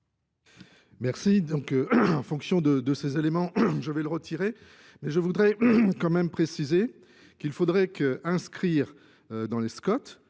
donc, en fonction de ces éléments, je vais le retirer, mais je voudrais quand même préciser qu'il faudrait que inscrire euh dans les scots